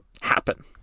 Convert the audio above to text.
happen